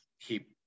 keep